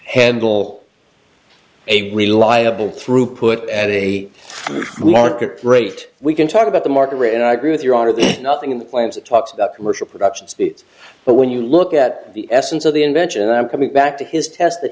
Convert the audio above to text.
handle a reliable throughput at a market rate we can talk about the market and i agree with your honor that nothing in the plans that talks about commercial production speeds but when you look at the essence of the invention i'm coming back to his test that